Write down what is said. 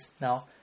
now